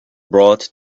brought